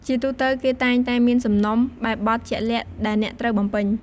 ជាទូទៅ គេតែងតែមានសំណុំបែបបទជាក់លាក់ដែលអ្នកត្រូវបំពេញ។